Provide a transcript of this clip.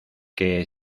que